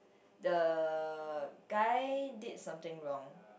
the guy did something wrong